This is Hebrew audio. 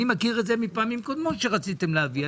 אני מכיר את זה מפעמים קודמות שרציתם להביא.